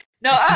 No